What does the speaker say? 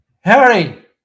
harry